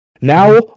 Now